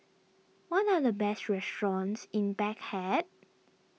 what are the best restaurants in Baghdad